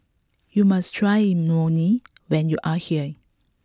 you must try Imoni when you are here